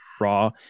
raw